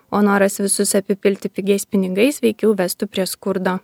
o noras visus apipilti pigiais pinigais veikiau vestų prie skurdo